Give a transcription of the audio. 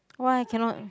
why cannot